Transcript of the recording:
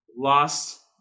lost